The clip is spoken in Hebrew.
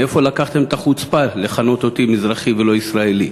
מאיפה לקחתם את החוצפה לכנות אותי "מזרחי" ולא "ישראלי"?